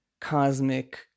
cosmic